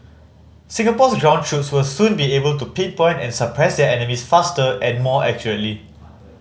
Singapore's ground troops will soon be able to pinpoint and suppress their enemies faster and more accurately